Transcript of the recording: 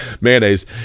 mayonnaise